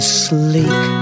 sleek